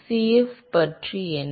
Cf பற்றி என்ன